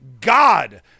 God